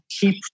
keep